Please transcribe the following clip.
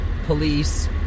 police